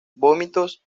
vómitos